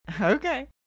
Okay